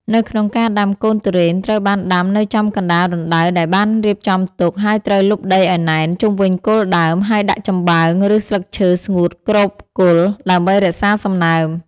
នៅក្នុងការដាំកូនទុរេនត្រូវបានដាំនៅចំកណ្តាលរណ្តៅដែលបានរៀបចំទុក ហើយត្រូវលប់ដីឱ្យណែន ជុំវិញគល់ដើម ហើយដាក់ចំបើង ឬស្លឹកឈើស្ងួតគ្របគល់ ដើម្បីរក្សាសំណើម។